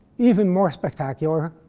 even more spectacular,